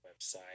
website